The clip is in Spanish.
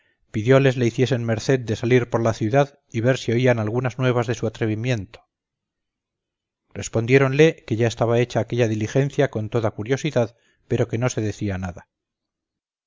cortesía pidióles le hiciesen merced de salir por la ciudad y ver si oían algunas nuevas de su atrevimiento respondiéronle que ya estaba hecha aquella diligencia con toda curiosidad pero que no se decía nada